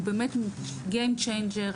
הוא באמת גיים צ'יינגר,